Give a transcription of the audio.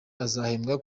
azahembwa